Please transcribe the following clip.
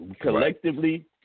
Collectively